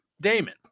Damon